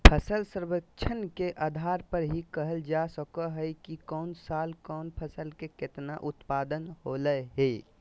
फसल सर्वेक्षण के आधार पर ही कहल जा सको हय कि कौन साल कौन फसल के केतना उत्पादन होलय हें